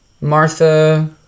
Martha